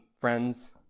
friends